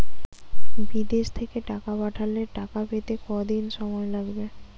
বিদেশ থেকে টাকা পাঠালে টাকা পেতে কদিন সময় লাগবে?